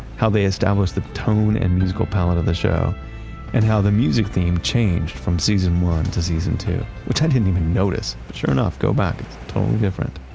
how they established the tone and musical palette of the show and how the music theme changed from season one to season two, which i didn't even notice! but sure enough, go back, it's totally different.